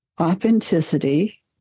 authenticity